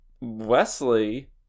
Wesley